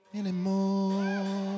anymore